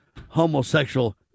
homosexual